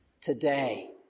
today